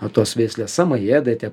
o tos veislės samajedai